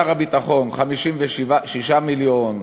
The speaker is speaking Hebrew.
שר הביטחון: 56 מיליארד,